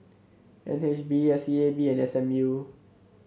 N H B S E A B and S M U